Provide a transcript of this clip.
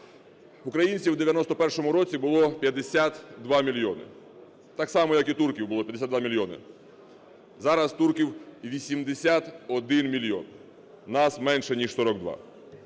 Українців в 91-му році було 52 мільйони, так само, як і турків було 52 мільйони. Зараз турків - 81 мільйон. Нас менше, ніж 42.